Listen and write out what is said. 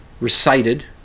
recited